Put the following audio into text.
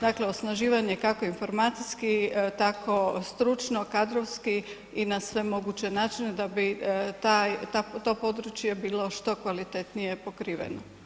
Dakle, osnaživanje kako informacijski, tako stručno, kadrovski i na sve moguće načine da bi taj, to područje bilo što kvalitetnije pokriveno.